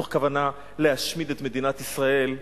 מתוך כוונה להשמיד את מדינת ישראל,